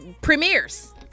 premieres